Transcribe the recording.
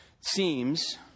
Seems